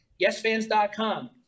Yesfans.com